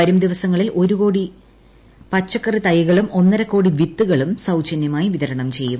വരും ദിവസങ്ങളിൽ ഒരു കോടി പച്ചക്കറി തൈകളും ഒന്നരകോടി വിത്തുകളും സൌജന്യമായി വിതരണം ചെയ്യും